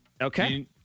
Okay